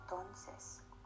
entonces